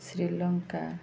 Sri Lanka